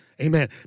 Amen